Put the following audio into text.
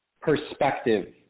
perspective